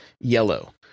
yellow